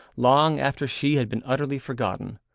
long after she had been utterly forgotten,